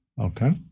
Okay